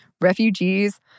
refugees